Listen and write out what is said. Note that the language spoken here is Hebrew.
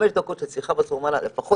הם אמרו לו: אנחנו לא יכולים לתת לך פרטים.